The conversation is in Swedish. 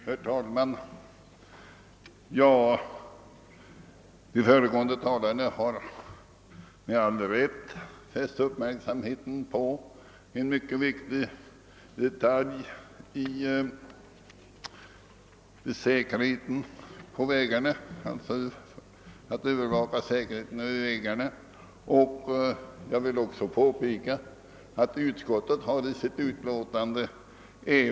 Herr talman! De föregående talarna har med all rätt fäst uppmärksamheten på en mycket viktig detalj beträffande övervakningen av säkerheten på vägarna, vilket också utskottet påpekat i sitt utlåtande.